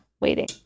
waiting